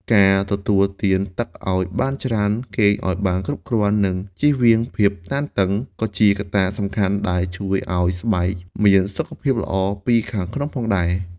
ការទទួលទានទឹកឲ្យបានច្រើន គេងឲ្យបានគ្រប់គ្រាន់ និងចៀសវាងភាពតានតឹង ក៏ជាកត្តាសំខាន់ដែលជួយឲ្យស្បែកមានសុខភាពល្អពីខាងក្នុងផងដែរ។